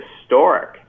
historic